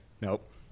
Nope